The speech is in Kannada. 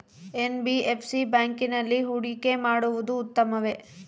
ಎನ್.ಬಿ.ಎಫ್.ಸಿ ಬ್ಯಾಂಕಿನಲ್ಲಿ ಹೂಡಿಕೆ ಮಾಡುವುದು ಉತ್ತಮವೆ?